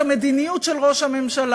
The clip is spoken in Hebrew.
את המדיניות של ראש הממשלה,